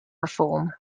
reform